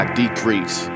decrease